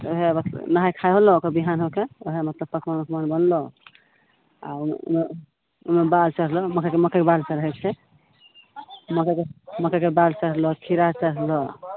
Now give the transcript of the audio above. ओहए बस नहाय खाय होलऽ ओकर बिहान होके ओहए मतलब पकवान वकबान बनल आ ओहिमे ओहिमे ओहिमे बालि चढ़ल मकइके बालि चढ़ै छै मकइके बालि चढ़ल खीरा चढ़ल